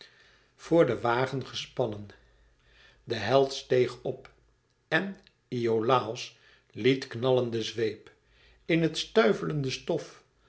voor den wagen gespannen de held steeg op en iolàos liet knallen den zweep in het stuivelende stof